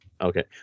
Okay